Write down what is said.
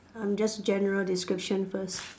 I'm just general description first